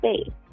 space